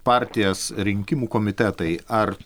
partijas rinkimų komitetai ar